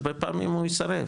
הרבה פעמים הוא יסרב,